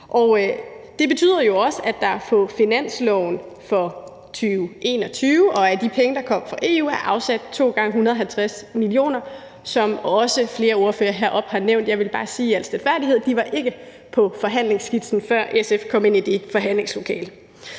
Det betyder jo også, at der på finansloven for 2021 og af de penge, der kom fra EU, er afsat 2 gange 150 mio. kr., som også flere ordførere heroppe har nævnt. Jeg vil bare sige i al stilfærdighed, at de var ikke på forhandlingsskitsen, før SF kom ind i det forhandlingslokale.